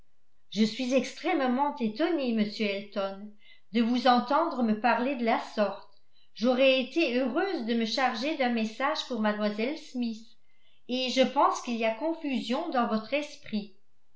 je suis extrêmement étonnée m elton de vous entendre me parler de la sorte j'aurais été heureuse de me charger d'un message pour mlle smith et je pense qu'il y a confusion dans votre esprit